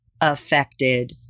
affected